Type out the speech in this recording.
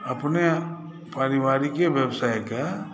अपने पारिवारिके व्यवसायके